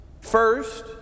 First